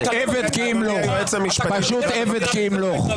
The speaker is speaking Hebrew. (יואב סגלוביץ יוצא